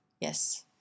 Yes